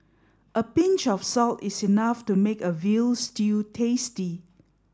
a pinch of salt is enough to make a veal stew tasty